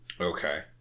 Okay